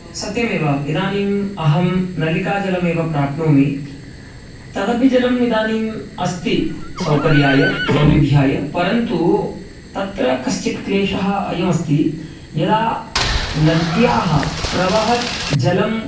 सत्यमेव इदानीम् अहं नलिकाजलमेव प्राप्नोमि तदपि जलमिदानीम् अस्ति सौकर्याय सौविध्याय परन्तु तत्र कश्चित् क्लेशः अयमस्ति यदा नद्याः प्रवहत् जलं